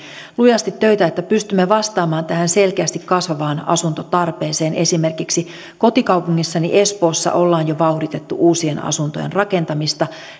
lujasti töitä että pystymme vastaamaan tähän selkeästi kasvavaan asuntotarpeeseen esimerkiksi kotikaupungissani espoossa ollaan jo vauhditettu uusien asuntojen rakentamista